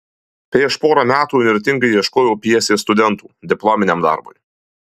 prieš porą metų įnirtingai ieškojau pjesės studentų diplominiam darbui